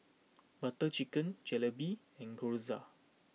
Butter Chicken Jalebi and Gyoza